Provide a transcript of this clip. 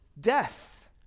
death